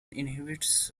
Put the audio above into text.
inhibits